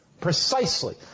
Precisely